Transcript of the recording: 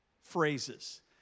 phrases